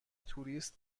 توریست